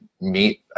meet